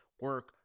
Work